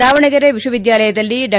ದಾವಣಗೆರೆ ವಿಶ್ವವಿದ್ಯಾಲಯದಲ್ಲಿ ಡಾ